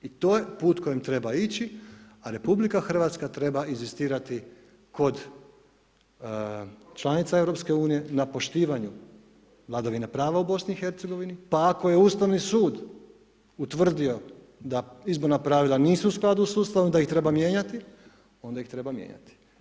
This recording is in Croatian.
I to je put kojim treba ići, a RH treba inzistirati kod članica EU na poštivanju vladavine prava u BiH, pa ako je Ustavni sud utvrdio da izborna pravila nisu u skladu s Ustavom, da ih treba mijenjati, onda ih treba mijenjati.